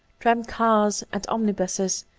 tramcars and omnibuses,